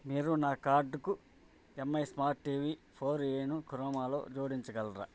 మీరు నా కార్టుకు ఎంఐ స్మార్ట్ టీవీ ఫోర్ ఏను క్రోమాలో జోడించగలరా